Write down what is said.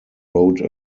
wrote